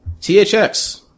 THX